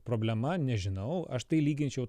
problema nežinau aš tai lyginčiau